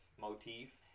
motif